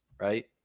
right